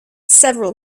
several